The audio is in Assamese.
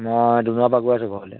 মই ডিব্ৰুগ পা গৈ আছোঁ ঘৰলে